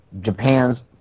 Japan's